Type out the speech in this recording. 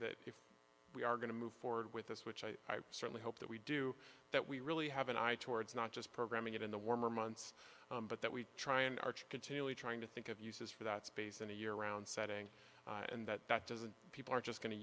that if we are going to move forward with this which i certainly hope that we do that we really have an eye towards not just programming it in the warmer months but that we try and arch continually trying to think of uses for that space in a year round setting and that that doesn't people are just going to